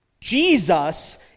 Jesus